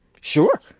Sure